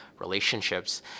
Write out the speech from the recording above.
relationships